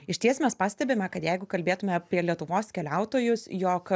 išties mes pastebime kad jeigu kalbėtume apie lietuvos keliautojus jog